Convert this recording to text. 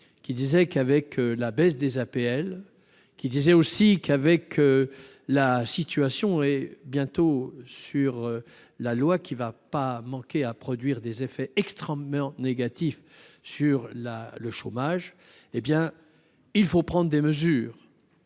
qui disait qu'avec la baisse des APL qui disait aussi qu'avec la situation et bientôt sur la loi qui ne va pas manquer à produire des effets extrêmement négatifs sur la le chômage, hé bien il faut prendre des mesures